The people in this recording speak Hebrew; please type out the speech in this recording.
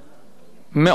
מאות מפעלים,